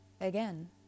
again